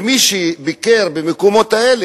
מי שביקר במקומות האלה,